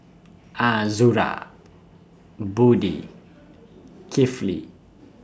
Azura Budi Kifli